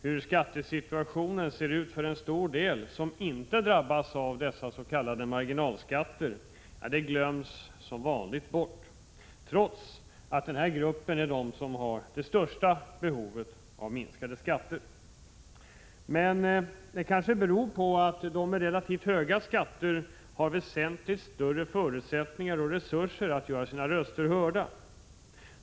Hur skattesituationen ser ut för en stor del som inte drabbas av s.k. marginalskatter glöms som vanligt bort, trots att denna grupp är den som har det största behovet av minskade skatter. Detta kanske beror på att de med relativt höga skatter har väsentligt större förutsättningar och resurser att göra sina röster hörda.